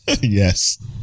yes